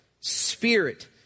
Spirit